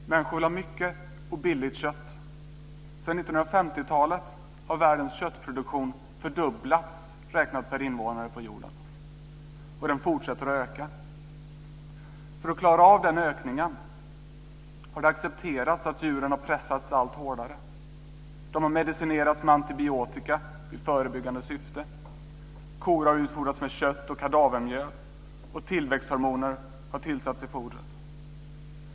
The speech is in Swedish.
Fru talman! Människor vill ha mycket och billigt kött. Sedan 1950-talet har världens köttproduktion fördubblats räknat per invånare på jorden, och den fortsätter att öka. För att man ska klara den ökningen har det accepterats att djuren har pressats allt hårdare. De har medicinerats med antibiotika i förebyggande syfte. Kor har utfodrats med kött och kadavermjöl, och tillväxthormoner har tillsatts i fodret.